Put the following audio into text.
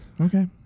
Okay